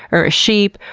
or a sheep,